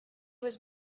was